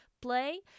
play